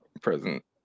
present